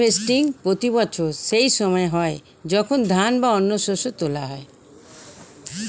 harvesting প্রতি বছর সেই সময় হয় যখন ধান বা অন্য শস্য তোলা হয়